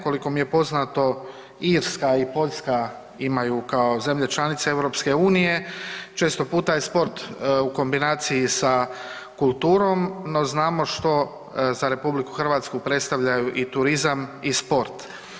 Koliko mi je poznato Irska i Poljska imaju kao zemlje članice EU često puta je sport u kombinaciji sa kulturom no znamo što za RH predstavljaju i turizam i sport.